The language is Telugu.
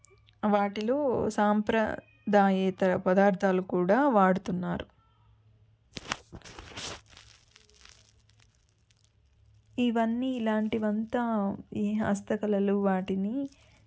వాటిలో సాంప్రదాయత పదార్థాలు కూడా వాడుతున్నారు ఇవన్నీ ఇలాంటివంత ఈ హస్తకళలు వాటిని